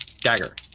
dagger